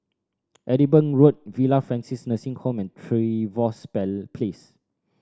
Edinburgh Road Villa Francis Nursing Home and Trevose Place